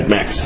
Max